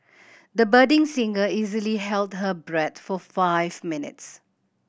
the budding singer easily held her breath for five minutes